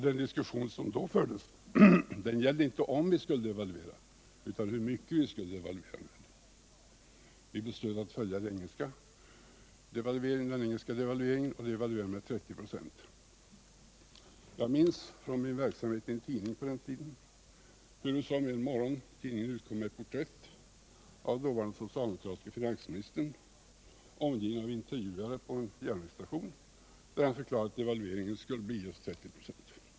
Den diskussion som då fördes gällde inte om vi skulle devalvera, utan hur mycket vi skulle devalvera. Vi beslöt att följa den engelska devalveringen på 30 96. Jag minns från min verksamhet i en tidning på den tiden hurusom en morgontidning utkom med ett porträtt av den dåvarande socialdemokratiske finansministern omgiven av intervjuare på en järnvägsstation, där han förklarade att devalveringen skulle bli just 30 26.